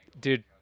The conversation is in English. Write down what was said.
Dude